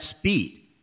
speed